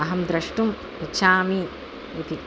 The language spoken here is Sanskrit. अहं दृष्टुम् इच्छामि इति